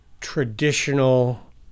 traditional